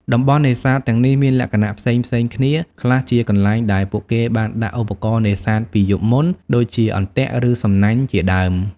តំបន់នេសាទទាំងនេះមានលក្ខណៈផ្សេងៗគ្នា ខ្លះជាកន្លែងដែលពួកគេបានដាក់ឧបករណ៍នេសាទពីយប់មុន ដូចជាអន្ទាក់ឬសំណាញ់ជាដើម។